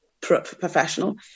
professional